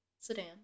sedan